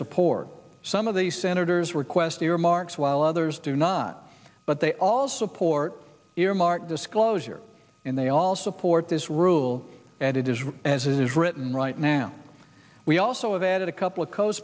support some of the senators request earmarks while others do not but they all support earmarks disclosure and they all support this rule and it is as it is written right now we also have added a couple of co